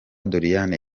doriane